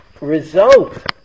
result